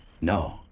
No